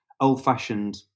old-fashioned